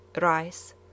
Rice